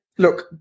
Look